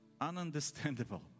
Ununderstandable